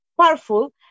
powerful